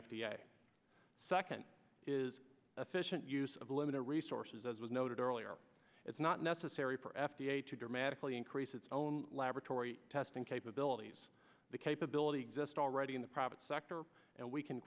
a second is efficient use of limited resources as was noted earlier it's not necessary for f d a to dramatically increase its own laboratory testing capabilities the capability exist already in the private sector and we can